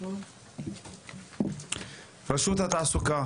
משה אופנהיים,